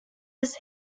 his